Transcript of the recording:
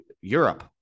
Europe